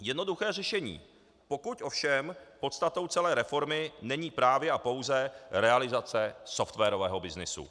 Jednoduché řešení, pokud ovšem podstatou celé reformy není právě a pouze realizace softwarového byznysu.